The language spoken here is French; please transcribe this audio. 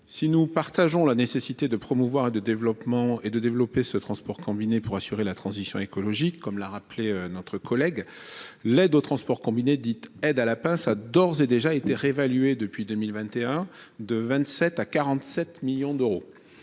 Si nous partageons la nécessité de promouvoir et développer le transport combiné pour assurer la transition écologique, l'aide au transport combiné, dite « aide à la pince », a d'ores et déjà été réévaluée depuis 2021 de 27 millions d'euros